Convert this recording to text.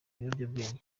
ibiyobyabwenge